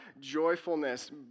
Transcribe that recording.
joyfulness